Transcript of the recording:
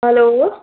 hello